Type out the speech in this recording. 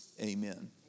Amen